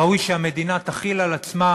ראוי שהמדינה תחיל על עצמה,